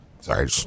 Sorry